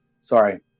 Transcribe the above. sorry